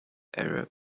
arab